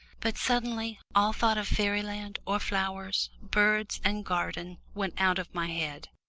but suddenly all thought of fairyland or flowers, birds and garden, went out of my head,